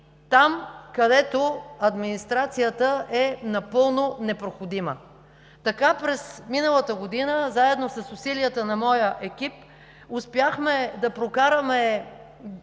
там, където администрацията е напълно непроходима. Така през миналата година, заедно с усилията на моя екип, успяхме да прокараме